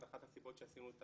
ואחת הסיבות שעשינו את